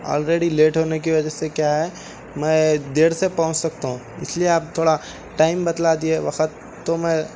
already late ہونے کی وجہ سے کیا ہے میں دیر سے پہنچ سکتا ہوں اسلئے آپ تھوڑا ٹائم بتلا دیے وقت تو میں